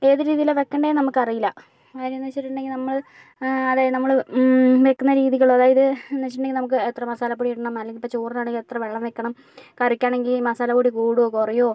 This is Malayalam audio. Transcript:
ഏത് രീതിയിലാണ് വെക്കേണ്ടതെന്ന് നമുക്കറിയില്ല കാര്യമെന്നു വെച്ചിട്ടുണ്ടെങ്കിൽ നമ്മൾ അതായത് നമ്മൾ വെക്കുന്ന രീതികൾ അതായത് എന്നു വെച്ചിട്ടുണ്ടെങ്കിൽ നമുക്ക് എത്ര മസാലപ്പൊടി ഇടണം അല്ലെങ്കിൽ ഇപ്പം ചോറിനാണെങ്കിൽ എത്ര വെള്ളം വെക്കണം കറിക്കാണെങ്കിൽ മസാലപ്പൊടി കൂടുമോ കുറയുമോ